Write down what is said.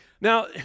Now